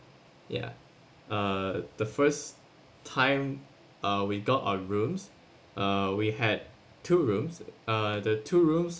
yeah uh the first time uh we got our rooms uh we had two rooms uh the two rooms